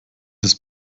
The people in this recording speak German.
ist